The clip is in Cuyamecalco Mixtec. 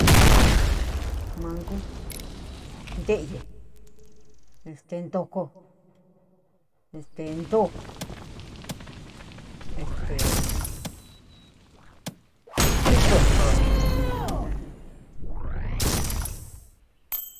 Manku ente'eye este ntogko este ntoò este tükue ajan.